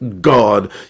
god